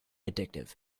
addictive